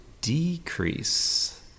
decrease